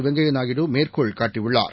வெங்கய்யநாயுடுமேற்கோள்காட்டியுள்ளார்